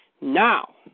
now